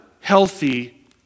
healthy